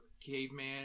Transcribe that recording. caveman